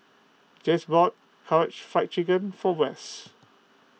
bought Karaage Fried Chicken for Wess